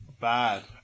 bad